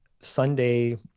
Sunday